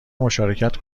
مشارکت